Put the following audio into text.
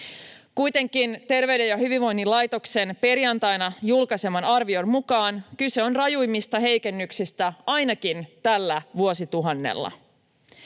Kuitenkin Terveyden ja hyvinvoinnin laitoksen perjantaina julkaiseman arvion mukaan kyse on rajuimmista heikennyksistä ainakin tällä vuosituhannella.